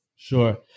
Sure